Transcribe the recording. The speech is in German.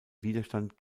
widerstand